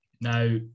Now